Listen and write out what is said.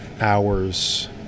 hours